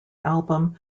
album